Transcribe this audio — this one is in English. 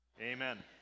amen